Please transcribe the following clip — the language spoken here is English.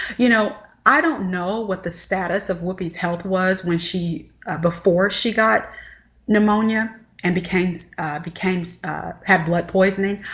you know, i don't know what the status of whoopi's health was when she before she got pneumonia and became became had blood poisoning.